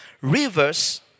rivers